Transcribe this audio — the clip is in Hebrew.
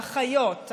האחיות,